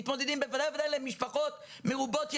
מדובר במשפחות מרובות ילדים.